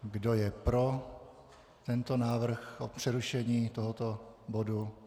Kdo je pro tento návrh o přerušení tohoto bodu?